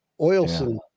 Oilsen